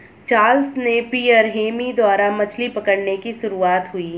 Charles Napier Hemy द्वारा मछली पकड़ने की शुरुआत हुई